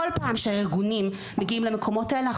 בכל פעם שהארגונים מגיעים למקומות האלה,